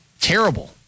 Terrible